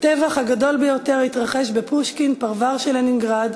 הטבח הגדול ביותר התרחש בפושקין, פרבר של לנינגרד.